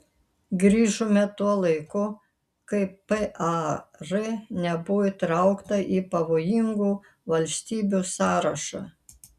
grįžome tuo laiku kai par nebuvo įtraukta į pavojingų valstybių sąrašą